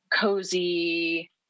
cozy